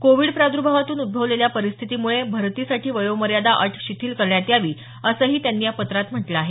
Covid प्रादुर्भावातून उद्दवलेल्या परिस्थितीमुळे भरतीसाठी वयोमर्यादा अट शिथिल करण्यात यावी असंही त्यांनी या पत्रात म्हटलं आहे